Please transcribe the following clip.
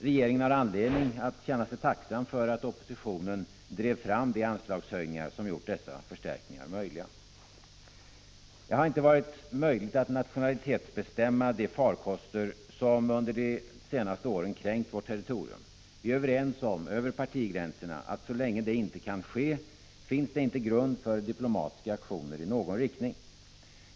Regeringen har anledning att känna sig tacksam för att oppositionen drev fram de anslagshöjningar som gjort dessa förstärkningar möjliga. Det har inte varit möjligt att nationalitetsbestämma de farkoster som under de senaste åren kränkt vårt territorium. Vi är överens över partigränserna om att så länge det inte kan ske finns det inte grund för diplomatiska aktioner i någon riktning.